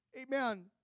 amen